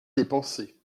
dépenser